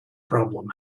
problem